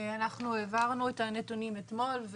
אנחנו העברנו את הנתונים אתמול,